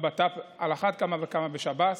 בבט"פ, ועל אחת כמה וכמה בשב"ס,